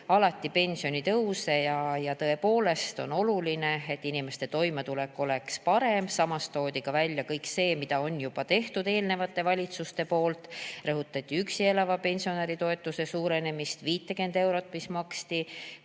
alati pensionitõuse ja tõepoolest on oluline, et inimeste toimetulek oleks parem. Samas toodi välja kõik see, mida juba tegid eelnevad valitsused. Rõhutati üksi elava pensionäri toetuse suurenemist, 50 eurot, mida maksti